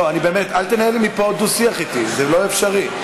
לא, באמת, אל תנהל מפה דו-שיח אתי, זה לא אפשרי.